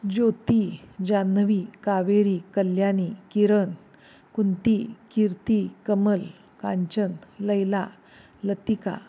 Jyoti Jahnavi Kaveri Kalyani Kiran Kunti Kirti Kamal Kanchan Laila Latika